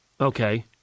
okay